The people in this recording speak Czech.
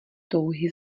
touhy